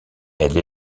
elle